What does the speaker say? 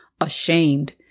ashamed